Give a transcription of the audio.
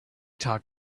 talk